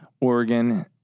Oregon